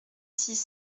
six